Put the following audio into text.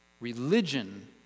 Religion